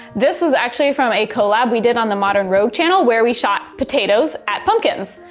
this was actually from a collab we did on the modern rogue channel, where we shot potatoes at pumpkins.